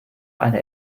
eine